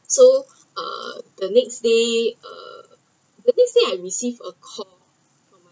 so uh the next day uh the next day I received a call